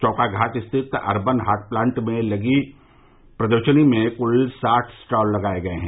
चौकाघाट स्थित अर्बन हाट प्रांगण में लगी प्रदर्शनी में कुल साठ स्टॉल लगाए गए हैं